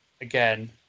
again